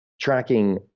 tracking